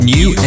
New